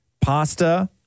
pasta